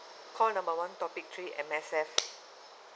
call number one topic three M_S_F